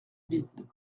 vide